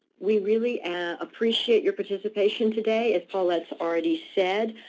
we really appreciate your participation today, as paulette's already said.